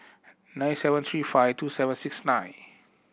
nine seven three five two seven six nine